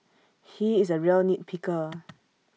he is A real nit picker